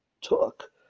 took